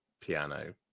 piano